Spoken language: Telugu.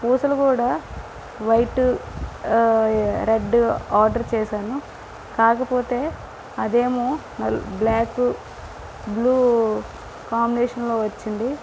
పూసలు కూడా వైట్ రెడ్ ఆర్డర్ చేశాను కాకపోతే అదేమో బ్ల్యాక్ బ్లూ కాంబినేషన్లో వచ్చింది